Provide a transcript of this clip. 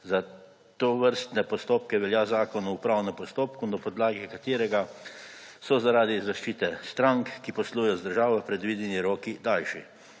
za tovrstne postopke velja Zakon o upravnem postopku, na podlagi katerega so zaradi zaščite strank, ki poslujejo z državo, predvideni roki daljši.